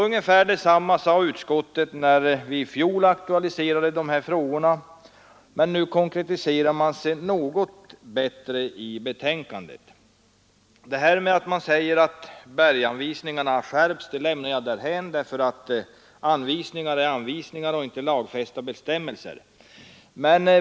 Ungefär detsamma sade utskottet, när vi i fjol aktualiserade dessa frågor, men i betänkandet i år konkretiserar man sig något bättre. Att man säger att de s.k. bergsanvisningarna har skärpts lämnar jag därhän; anvisningar är anvisningar och inte lagfästa bestämmelser.